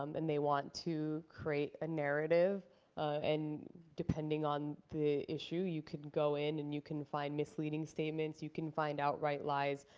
um and they want to create a narrative and depending on the issue you can go in and you can find misleading statements, you can find outright lies.